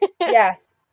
Yes